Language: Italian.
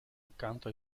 accanto